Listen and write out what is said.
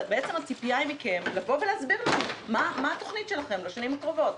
בעצם הציפייה מכם היא להסביר לנו מה התוכנית שלכם לשנים הקרובות.